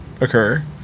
occur